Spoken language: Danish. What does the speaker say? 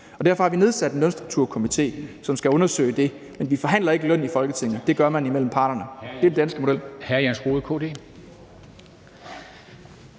derfor har vi nedsat en Lønstrukturkomité, som skal undersøge det. Men vi forhandler ikke løn i Folketinget. Det gør man imellem parterne.